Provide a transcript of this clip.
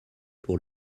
pour